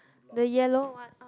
the yellow one ah